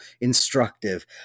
instructive